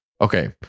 Okay